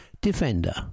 Defender